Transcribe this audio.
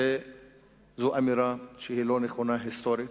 זו אמירה לא נכונה מבחינה היסטורית,